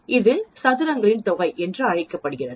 இது சதுரங்களின் தொகை என்று அழைக்கப்படுகிறது